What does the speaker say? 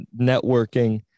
networking